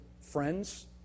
friends